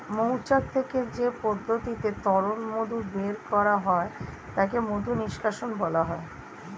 মৌচাক থেকে যে পদ্ধতিতে তরল মধু বের করা হয় তাকে মধু নিষ্কাশণ বলা হয়